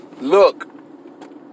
look